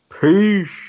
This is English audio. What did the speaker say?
Peace